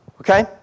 Okay